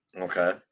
Okay